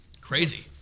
Crazy